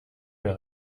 mehr